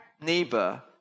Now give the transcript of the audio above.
neighbor